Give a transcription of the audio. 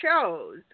shows